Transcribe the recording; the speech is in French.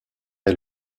est